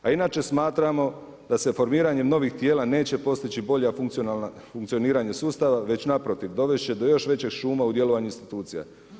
A inače smatramo da se formiranjem novih tijela neće postići bolje funkcioniranje sustava, već naprotiv dovest će do još većeg šuma u djelovanju institucija.